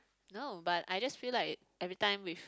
no but I just feel like every time with